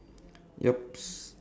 yup